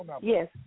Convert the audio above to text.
Yes